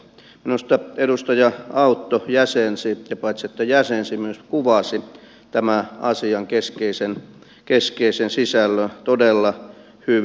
minusta edustaja autto jäsensi ja paitsi että jäsensi myös kuvasi tämän asian keskeisen sisällön todella hyvin